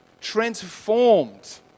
transformed